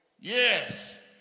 Yes